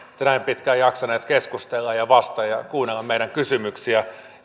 olette näin pitkään jaksanut keskustella ja vastailla ja kuunnella meidän kysymyksiämme